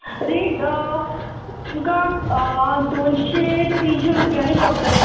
rate तुमकां दोनशें ते तिनशी रूपयानीं पडटलें